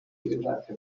n’imyaka